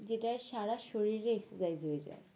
যেটা সারা শরীরে এক্সারসাইজ হয়ে যায়